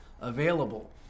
available